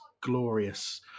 glorious